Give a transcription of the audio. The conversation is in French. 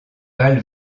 val